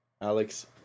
Alex